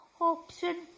option